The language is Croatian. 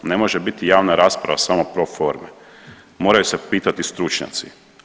Ne može biti javna rasprava samo proforme, moraju se pitati stručnjaci.